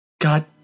God